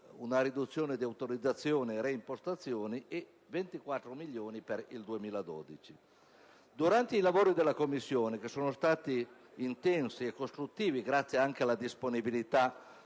una riduzione di autorizzazioni di spesa e reimpostazioni, e di 24 milioni per il 2012. Durante i lavori della Commissione, che sono stati intensi e costruttivi, grazie anche alla disponibilità